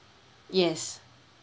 yes